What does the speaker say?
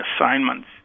assignments